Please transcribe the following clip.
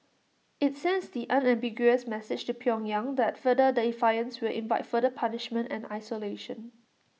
IT sends the unambiguous message to pyongyang that further defiance will invite further punishment and isolation